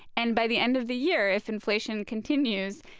and by the end of the year, if inflation continues,